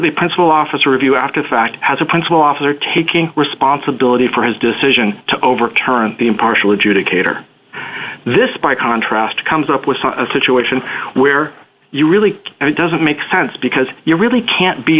the principal officer review after the fact has a principal officer taking responsibility for his decision to overturn the impartial adjudicator this by contrast comes up with a situation where you really are and it doesn't make sense because you really can't be